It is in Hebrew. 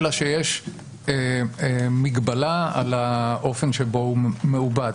אלא שיש מגבלה על האופן שבו הוא מעובד.